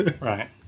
Right